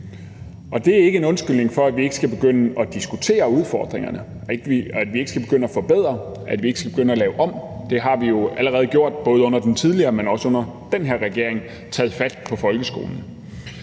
Det er ikke en undskyldning for, at vi ikke skal begynde at diskutere udfordringerne, at vi ikke skal begynde at forbedre, og at vi ikke skal begynde at lave om. Det har vi jo allerede gjort, både under den tidligere, men også under den her regering, altså taget fat på folkeskolen.